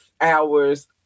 hours